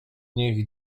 nich